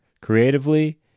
creatively